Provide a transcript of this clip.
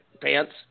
pants